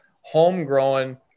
homegrown